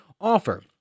offer